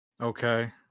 Okay